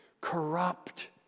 corrupt